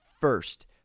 first